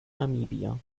namibia